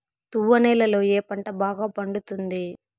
తువ్వ నేలలో ఏ పంట బాగా పండుతుంది?